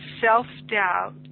self-doubt